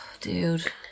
Dude